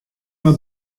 mei